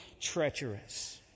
treacherous